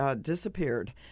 disappeared